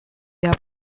their